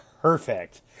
perfect